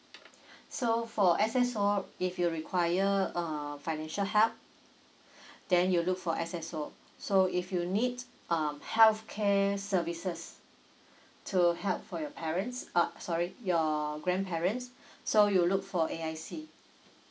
so for S_S_O if you require err financial help then you look for S_S_O so if you need a healthcare services to help for your parents uh sorry your grandparents so you look for A_I_C